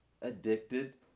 addicted